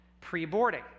pre-boarding